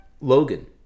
Logan